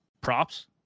Props